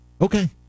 Okay